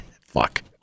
Fuck